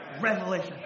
revelation